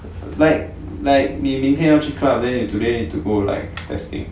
like like 你明天要去 club then 你 today need to go like testing